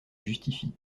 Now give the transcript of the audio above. justifie